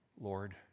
Lord